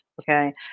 Okay